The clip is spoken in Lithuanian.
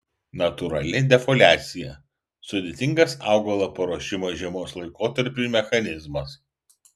natūrali defoliacija sudėtingas augalo paruošimo žiemos laikotarpiui mechanizmas